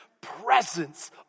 presence